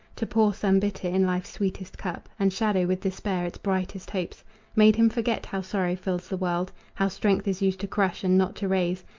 to pour some bitter in life's sweetest cup, and shadow with despair its brightest hopes made him forget how sorrow fills the world, how strength is used to crush and not to raise,